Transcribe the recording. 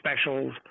specials